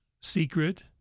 secret